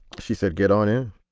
she said, get on in